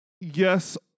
yes